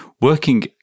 working